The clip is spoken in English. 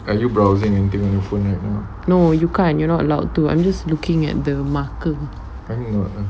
you can't you're not allowed to I'm just looking at the marker